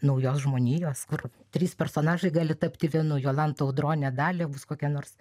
naujos žmonijos kur trys personažai gali tapti vienu jolanta audronė dalį bus kokia nors